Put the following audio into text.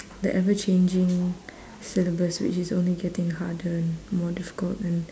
the ever changing syllabus which is only getting harder and more difficult and